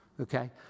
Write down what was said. okay